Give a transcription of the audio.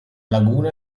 laguna